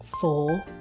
four